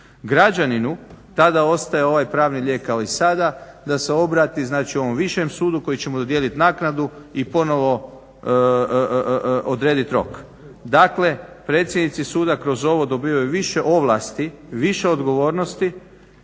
Građaninu tada ostaje ovaj pravni lijek kao i sada, da se obrati znači ovom višem sudu koji će mu dodijeliti naknadu i ponovo odrediti rok. Dakle predsjednici suda kroz ovo dobivaju više ovlasti, više odgovornosti,